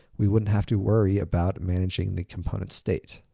we wouldn't have to worry about managing the component state.